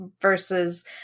versus